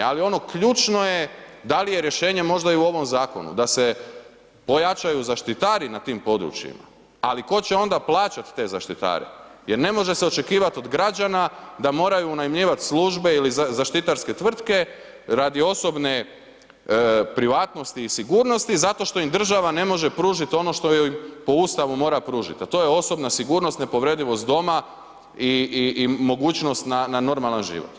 Ali ono ključno je da li je rješenje možda i u ovom zakonu, da se pojačaju zaštitari na tim područjima ali tko će onda plaćati te zaštitare jer ne može se očekivati od građana da moraju unajmljivati službe ili zaštitarske tvrtke radi osobne privatnosti i sigurnosti zato što im država ne može pružiti ono što joj po Ustavu mora pružit a to je osobna sigurnost, nepovredivost doma i mogućnost na normalan život.